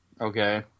okay